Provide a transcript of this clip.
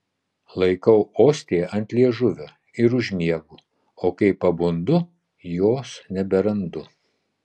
laikau ostiją ant liežuvio ir užmiegu o kai pabundu jos neberandu